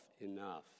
enough